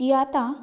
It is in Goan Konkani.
ती आतां